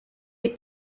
les